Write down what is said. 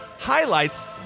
highlights